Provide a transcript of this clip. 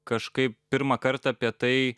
kažkaip pirmąkart apie tai